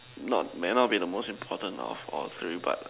not may not be most important of all three but